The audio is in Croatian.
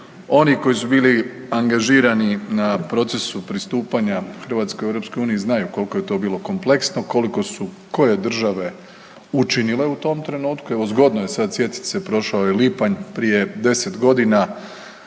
Oni koji su bili angažirani na procesu pristupanja Hrvatske EU znaju koliko je to bilo kompleksno, koliko su koje države učinile u tom trenutku. Evo zgodno je sad sjetit se prošao je lipanj prije 10 godina,